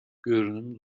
görünüm